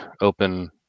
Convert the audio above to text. open